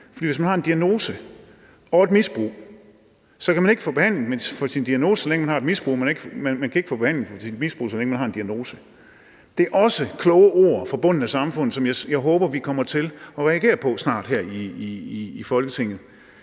længe man har et misbrug, og man kan ikke få behandling for sit misbrug, så længe man har en diagnose. Det er også kloge ord fra bunden af samfundet, som jeg håber at vi snart kommer til at reagere på her i Folketinget.